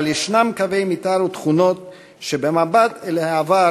אבל יש קווי מתאר ותכונות שמבט אל העבר